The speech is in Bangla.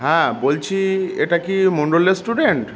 হ্যাঁ বলছি এটা কি মণ্ডল রেস্টুরেন্ট